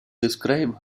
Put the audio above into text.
describe